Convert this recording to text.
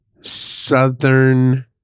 southern